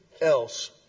else